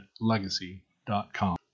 legacy.com